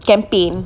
campaign